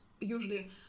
usually